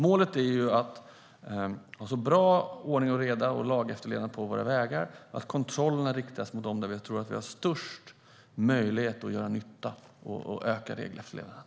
Målet är att ha så bra ordning och reda och lagefterlevnad på våra vägar att kontrollerna riktas dit där vi tror att vi har störst möjlighet att göra nytta och öka regelefterlevnaden.